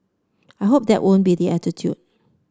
I hope that won't be the attitude